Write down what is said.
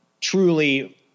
truly